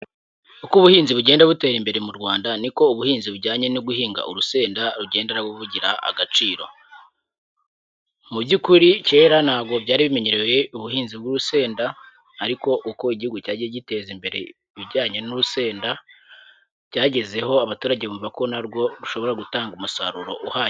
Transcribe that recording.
Uko ubuhinzi bugenda butera imbere mu Rwanda niko ubuhinzi bujyanye no guhinga urusenda bugenda bugira agaciro, mu by'ukuri kera ntabwo byari bimenyerewe ubuhinzi bw'urusenda, ariko uko igihugu cyagiye giteza imbere ibijyanye n'urusenda byagezeho abaturage bumva ko narwo rushobora gutanga umusaruro uhagije.